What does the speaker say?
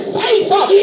faithful